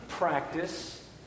Practice